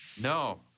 No